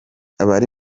abari